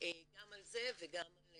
גם על זה וגם על